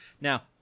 Now